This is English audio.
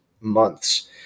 months